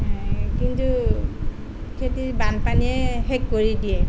কিন্তু খেতিৰ বানপানীয়ে শেষ কৰি দিয়ে